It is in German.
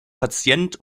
patient